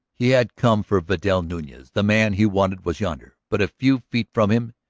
he had come for vidal nunez. the man he wanted was yonder, but a few feet from him.